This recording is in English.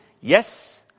yes